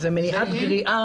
מאיר.